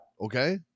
Okay